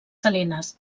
salines